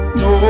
no